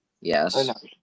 Yes